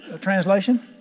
translation